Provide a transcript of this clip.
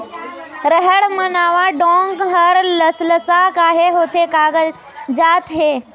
रहेड़ म नावा डोंक हर लसलसा काहे होथे कागजात हे?